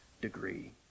degree